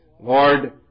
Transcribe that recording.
Lord